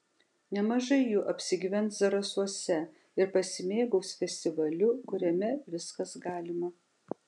nemažai jų apsigyvens zarasuose ir pasimėgaus festivaliu kuriame viskas galima